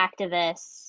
activists